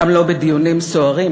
גם לא בדיונים סוערים.